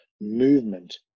movement